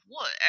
wood